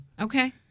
okay